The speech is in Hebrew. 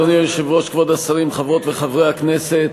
אדוני היושב-ראש, כבוד השרים, חברות וחברי הכנסת,